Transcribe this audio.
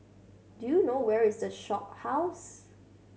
do you know where is The Shophouse